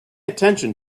attention